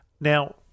Now